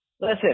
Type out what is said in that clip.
Listen